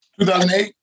2008